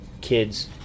kids